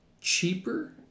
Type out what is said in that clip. cheaper